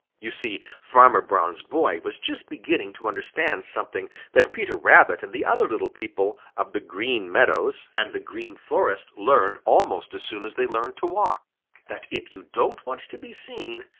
you see, farmer brown's boy was just beginning to understand something that peter rabbit and the other little people of the green meadows and the green forest learned almost as soon as they learned to walk that if you don't want to be seen,